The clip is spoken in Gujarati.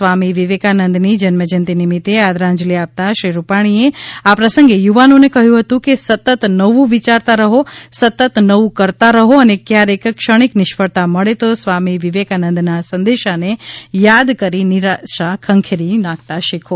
સ્વા મી વિવેકાનંદને જન્મજયંતિ નિમિત્તે આદરાંજલી આપતા શ્રી રૂપાણી એ આ પ્રસંગે યુવાનો ને કહ્યું હતું કે સતત નવું વિયારતા રહો સતત નવું કરતા રહો અને ક્યારેક ક્ષણિક નિષ્ફળતા મળે તો સ્વામી વિવેકાનંદના સંદેશાને યાદ કરી નિરાશા ખંખેરી નાખતા શીખો